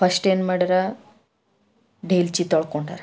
first ಏನು ಮಾಡ್ಯಾರಾ ದೇಲ್ಚಿ ತೊಳ್ಕೊಂಡಾರ